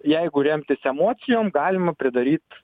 jeigu remtis emocijom galima pridaryt